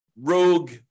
rogue